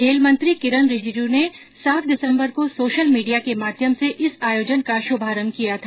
खेल मंत्री किरेन रिजिजू ने सात दिसम्बर को सोशल मीडिया के माध्यम से इस आयोजन का शुभारंभ किया था